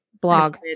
blog